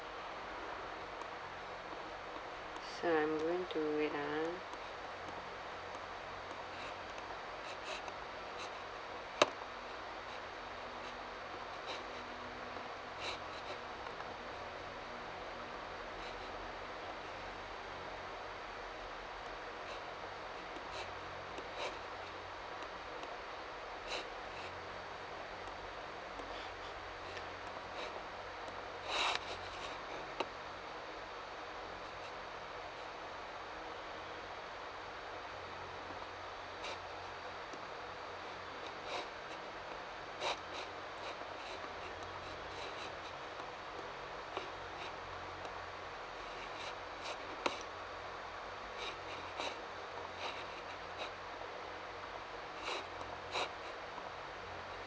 so I'm going to wait ah